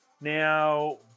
Now